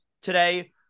today